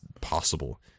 possible